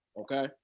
okay